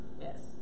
Yes